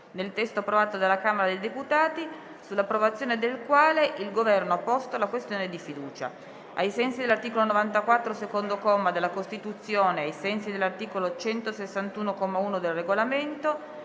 nel testo approvato dalla Camera dei deputati, sull'approvazione del quale il Governo ha posto la questione di fiducia. Ricordo che ai sensi dell'articolo 94, secondo comma, della Costituzione e ai sensi dell'articolo 161, comma 1, del Regolamento,